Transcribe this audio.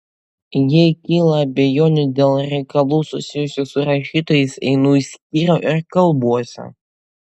jei kyla abejonių dėl reikalų susijusių su rašytojais einu į skyrių ir kalbuosi